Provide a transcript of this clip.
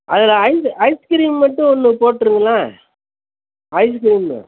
அதுல ஐ ஐஸ்கிரீம் மட்டும் ஒன்று போட்டுருங்களேன் ஐஸ்கிரீமு